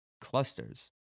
clusters